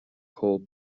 cold